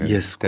Yes